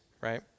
right